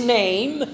name